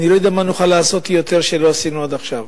אני לא יודע מה נוכל לעשות יותר שלא עשינו עד עכשיו,